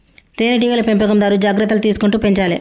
తేనె టీగల పెంపకందారు జాగ్రత్తలు తీసుకుంటూ పెంచాలే